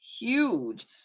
Huge